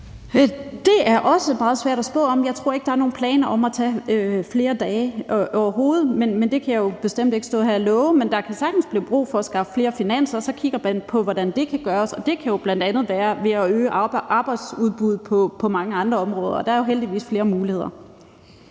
Det er også meget svært at spå om. Jeg tror ikke, der overhovedet er nogen planer om at tage flere dage. Det kan jeg jo ikke stå her og love, men der kan sagtens blive brug for at skaffe mere finansiering, og så kigger man på, hvordan det kan gøres. Det kan jo bl.a. være ved at øge arbejdsudbuddet på mange andre områder, og der er jo heldigvis flere muligheder.